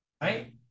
right